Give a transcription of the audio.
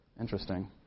interesting